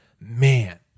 man